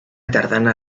tardana